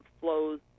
flows